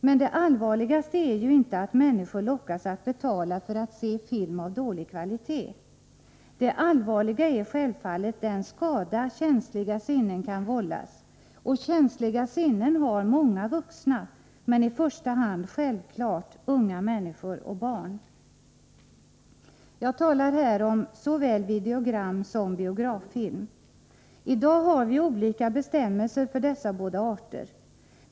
Men det allvarligaste är ju inte att människor lockas att betala för att se film av dålig kvalitet. Det allvarliga är självfallet den skada känsliga sinnen kan vållas, och känsliga sinnen har många vuxna, men i första hand självfallet unga människor och barn. Jag talar här om såväl videogram som biograffilm. I dag har vi olika bestämmelser för dessa båda slag av film.